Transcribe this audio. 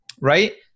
right